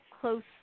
close